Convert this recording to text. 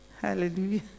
Hallelujah